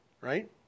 Right